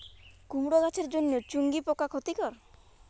কুমড়ো গাছের জন্য চুঙ্গি পোকা ক্ষতিকর?